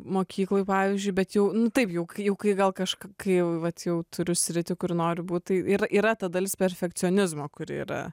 mokykloj pavyzdžiui bet jau nu taip jau kai jau vėl kažk kai jau vėl turiu sritį kur noriu būti ir ir yra ta dalis perfekcionizmo kur yra